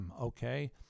okay